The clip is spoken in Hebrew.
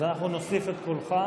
אז אנחנו נוסיף את קולך.